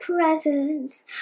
presents